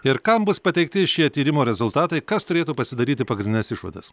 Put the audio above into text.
ir kam bus pateikti šie tyrimo rezultatai kas turėtų pasidaryti pagrindines išvadas